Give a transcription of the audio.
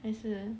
还是